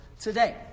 today